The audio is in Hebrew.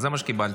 זה מה שקיבלתי,